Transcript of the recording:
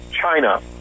China